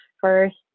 first